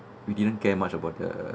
we didn't care much about the